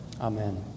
Amen